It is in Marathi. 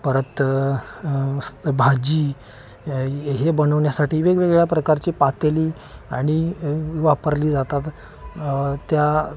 परत मस्त भाजी हे बनवण्यासाठी वेगवेगळ्या प्रकारची पातेली आणि वापरली जातात त्या